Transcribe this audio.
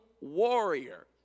warrior